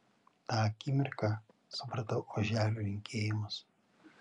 tą akimirką supratau oželio linkėjimus